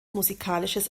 musikalisches